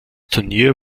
turnier